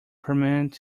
permanent